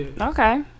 Okay